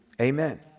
Amen